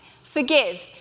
forgive